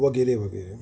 વગેરે વગેરે